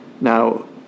Now